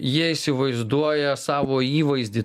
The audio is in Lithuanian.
jie įsivaizduoja savo įvaizdį